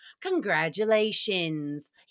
Congratulations